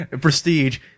Prestige